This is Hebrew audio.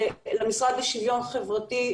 למשרד לשיווין חברתי,